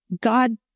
God